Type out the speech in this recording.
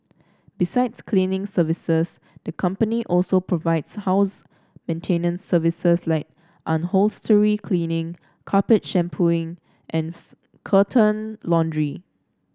besides cleaning services the company also provides house maintenance services like upholstery cleaning carpet shampooing and curtain laundry